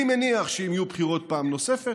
אני מניח שאם יהיו בחירות פעם נוספת